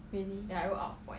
really